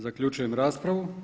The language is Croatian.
Zaključujem raspravu.